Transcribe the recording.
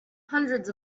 hundreds